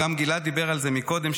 גם גלעד דיבר על זה מקודם,